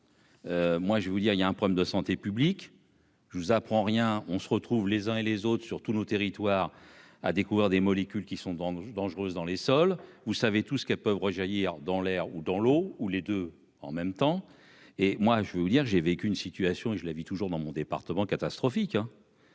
moi je vais vous dire il y a un problème de santé publique, je vous apprends rien, on se retrouve les uns et les autres sur tous nos territoires à découvrir des molécules qui sont dangereuses dangereuses dans les sols, vous savez tout ce qu'elles peuvent rejaillir dans l'air ou dans l'eau ou les deux en même temps, et moi je vais vous dire j'ai vécu une situation et je la vis toujours dans mon département, catastrophique,